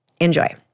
Enjoy